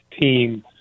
team